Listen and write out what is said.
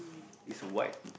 is white